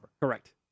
Correct